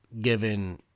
given